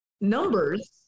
numbers